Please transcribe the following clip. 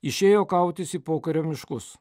išėjo kautis į pokario miškus